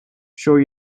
sure